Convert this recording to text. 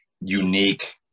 unique